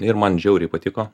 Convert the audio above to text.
ir man žiauriai patiko